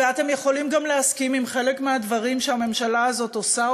ואתם יכולים גם להסכים עם חלק מהדברים שהממשלה הזאת עושה,